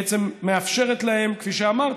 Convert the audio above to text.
בעצם היא מאפשרת להם, כפי שאמרת,